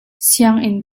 sianginn